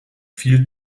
viel